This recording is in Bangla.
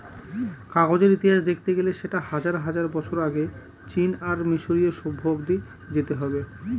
কাগজের ইতিহাস দেখতে গেলে সেটা হাজার হাজার বছর আগে চীন আর মিসরীয় সভ্য অব্দি যেতে হবে